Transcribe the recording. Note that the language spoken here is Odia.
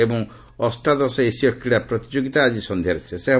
ଏବଂ ଅଷ୍ଟାଦଶ ଏସୀୟ କ୍ରୀଡ଼ା ପ୍ରତିଯୋଗିତା ଆଜି ସନ୍ଧ୍ୟାରେ ଶେଷ ହେବ